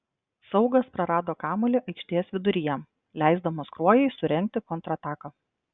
saugas prarado kamuolį aikštės viduryje leisdamas kruojai surengti kontrataką